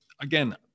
again